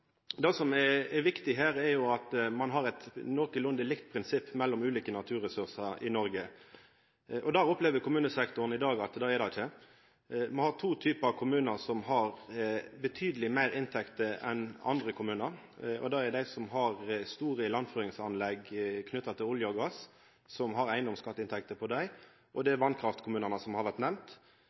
Det som er viktig her, er at ein har eit nokolunde likt prinsipp mellom ulike naturressursar i Noreg. Det opplever kommunesektoren at det er det ikkje. Me har to typar kommunar som har klart meir inntekter enn andre kommunar. Det er dei som har store ilandføringsanlegg knytt til olje og gass, og som har eigedomsskattinntekter på dei, og det er vasskraftkommunane, som har vore nemnt.